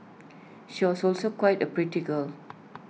she also is quite A pretty girl